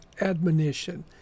admonition